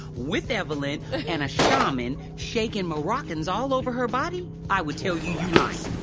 with evelyn, and a shaman, shaking moroccans all over her body, i would tell you you like